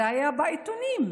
זה היה בעיתונים,